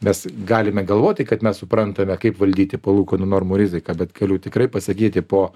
mes galime galvoti kad mes suprantame kaip valdyti palūkanų normų riziką bet galiu tikrai pasakyti po